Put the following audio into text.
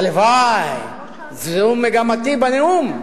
הלוואי, זו מגמתי בנאום.